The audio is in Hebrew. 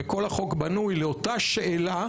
וכל החוק בנוי לאותה שאלה.